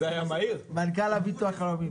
מנכ"ל הביטוח הלאומי,